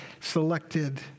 selected